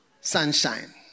sunshine